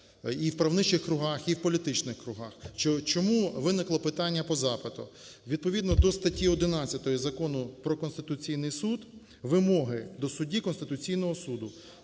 і в правничих кругах, і в політичних кругах. Чому виникло питання по запиту? Відповідно до статті 11 Закону "Про Конституційний Суд" вимоги до судді Конституційного Суду: